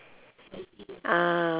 ah